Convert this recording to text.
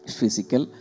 physical